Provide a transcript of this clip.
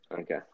Okay